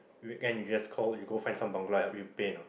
weekend you just call you go find some Bangla and help you paint ah